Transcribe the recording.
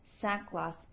sackcloth